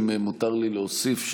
אם מותר לי להוסיף,